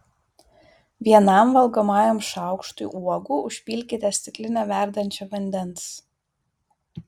vienam valgomajam šaukštui uogų užpilkite stiklinę verdančio vandens